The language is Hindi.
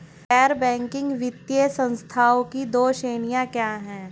गैर बैंकिंग वित्तीय संस्थानों की दो श्रेणियाँ क्या हैं?